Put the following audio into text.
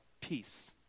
Peace